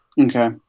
Okay